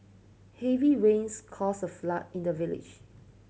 heavy rains caused a flood in the village